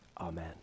Amen